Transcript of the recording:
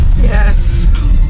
Yes